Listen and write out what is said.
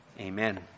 Amen